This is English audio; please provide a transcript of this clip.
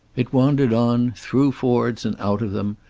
it wandered on, through fords and out of them,